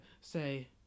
say